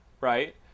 right